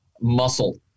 muscle